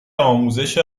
آموزش